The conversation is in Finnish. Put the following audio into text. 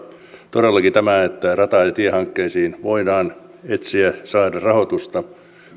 todellakin tämä että rata ja tiehankkeisiin voidaan etsiä ja saada rahoitusta